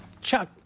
Chuck